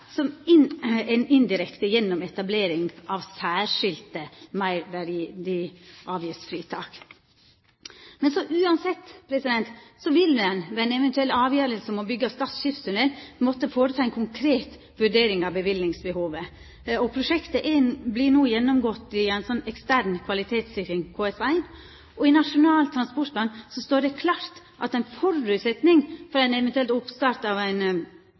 gjennom etablering av særskilte meirverdiavgiftsfritak. Uansett vil ein ved ei eventuell avgjerd om å byggja Stad skipstunnel måtta føreta ei konkret vurdering av tilskotsbehovet. Prosjektet vert no gått igjennom i ei ekstern kvalitetssikring, KS1. I Nasjonal transportplan står det klart at ein føresetnad for ein eventuell oppstart